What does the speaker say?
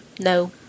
No